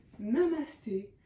Namaste